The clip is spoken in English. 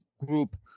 group